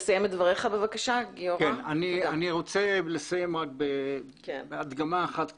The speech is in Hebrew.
אני רוצה לסיים את דבריי בהדגמה אחת קטנה.